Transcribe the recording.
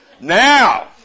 now